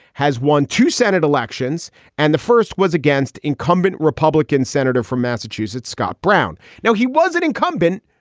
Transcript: has won two senate elections and the first was against incumbent republican senator from massachusetts, scott brown. now, he was an incumbent,